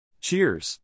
Cheers